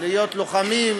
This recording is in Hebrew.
להיות לוחמים.